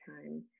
time